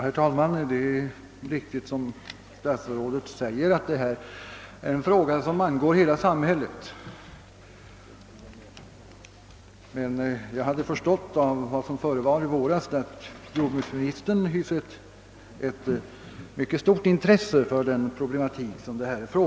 Herr talman! Som statsrådet Geijer sade är detta en fråga som berör hela samhället, men av det som förevar i våras har jag förstått, att jordbruksministern hyser speciellt intresse för den problematik som det här gäller.